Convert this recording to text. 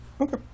okay